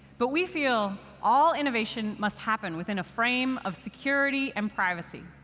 but we feel all innovation must happen within a frame of security and privacy.